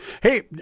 hey